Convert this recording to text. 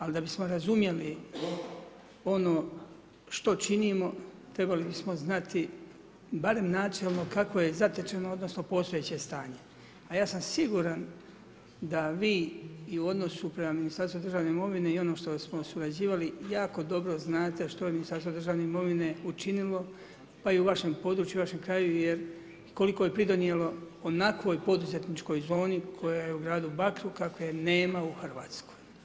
Ali da bismo razumjeli ono što činimo, trebali bismo znati barem načelno kako je zatečeno odnosno postojeće stanje a ja sam siguran da vi i u odnosu prema Ministarstvu državne imovine i ono što smo surađivali, jako dobro znate što je Ministarstvo državne imovine učinilo, pa i u vašem području i u vašem kraju jer koliko je pridonijelo onakvoj poduzetničkoj zoni koja je u gradu Bakru kakve nema u Hrvatskoj.